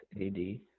AD